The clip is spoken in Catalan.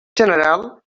general